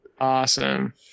awesome